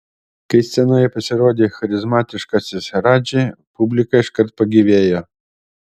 kai scenoje pasirodė charizmatiškasis radži publika iškart pagyvėjo